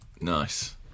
nice